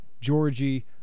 Georgie